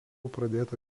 pradėta